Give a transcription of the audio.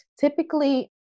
typically